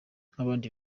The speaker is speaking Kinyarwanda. nk’abandi